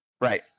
Right